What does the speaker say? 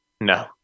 No